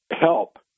help